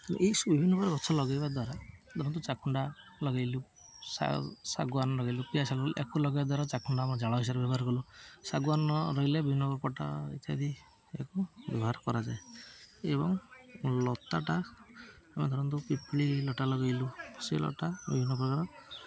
ଏଇସବୁ ବିଭିନ୍ନ ପ୍ରକାର ଗଛ ଲଗେଇବା ଦ୍ୱାରା ଦେଖନ୍ତୁ ଚାକୁଣ୍ଡା ଲଗେଇଲୁ ଶା ଶାଗୁଆନ ଲଗେଇଲୁ ପିଆଶାଳ ଲଗେଇଲୁ ଏକୁ ଲଗେଇବା ଦ୍ୱାରା ଚାକୁଣ୍ଡା ଆମ ଜାଳ ହିସାବରେ ବ୍ୟବହାର କଲୁ ଶାଗୁଆନ୍ ନ ରହିଲେ ବିଭିନ୍ନ ପଟା ଇତ୍ୟାଦି ୟାକୁ ବ୍ୟବହାର କରାଯାଏ ଏବଂ ଲତାଟା ଆମେ ଧରନ୍ତୁ ପିପଳି ଲତା ଲଗେଇଲୁ ସେ ଲଟା ବିଭିନ୍ନ ପ୍ରକାର